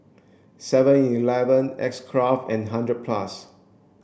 seven eleven X Craft and hundred plus